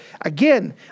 Again